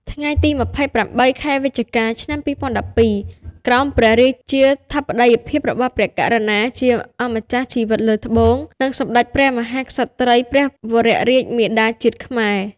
ថ្ងៃទី២៨ ខែវិច្ឆិកា ឆ្នាំ២០១២ ក្រោមព្រះរាជាធិបតីភាពរបស់ព្រះករុណាជាអម្ចាស់ជីវិតលើត្បូង និងសម្ដេចព្រះមហាក្សត្រីព្រះវររាជមាតាជាតិខ្មែរ។